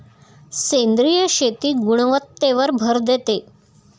सेंद्रिय शेती गुणवत्तेवर भर देते